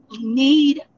Need